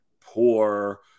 poor